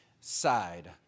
side